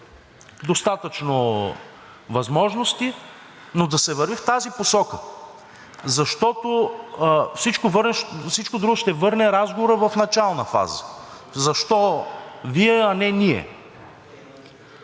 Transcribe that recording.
достатъчно възможности, но да се върви в тази посока. Защото всичко друго ще върне разговора в началната фаза: защо Вие, а не ние.